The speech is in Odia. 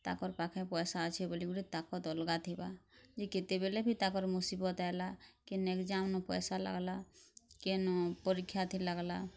ତାକର୍ ପାଖେ ପଏସା ଅଛେ ବଲିକରି ତାକତ୍ ଅଲ୍ଗା ଥିବା ଯେ କେତେବେଲେ ବି ତାଙ୍କର୍ ମୁସିବତ୍ ଆଏଲା କି କେନ୍ ଏଗ୍ଜାମ୍ନୁ ପଏସା ଲାଗ୍ଲା କେନ୍ ପରୀକ୍ଷାଥି ଲାଗ୍ଲା